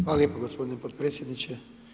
Hvala lijepo gospodine potpredsjedniče.